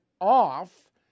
off